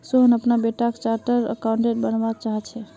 सोहन अपना बेटाक chartered accountant बनवा चाह्चेय